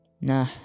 Nah